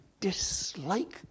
dislike